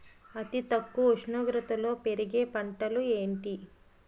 అతి తక్కువ ఉష్ణోగ్రతలో పెరిగే పంటలు ఏంటి?